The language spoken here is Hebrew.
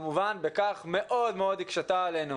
בכך כמובן היא מאוד מאוד הקשתה עלינו